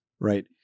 Right